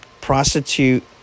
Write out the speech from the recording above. prostitute